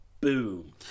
boom